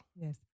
Yes